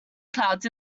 clouds